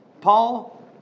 Paul